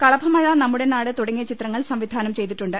കളഭമഴ നമ്മുടെ നാട് തുടങ്ങിയ ചിത്രങ്ങൾ സംവിധാനം ചെയ്തിട്ടുണ്ട്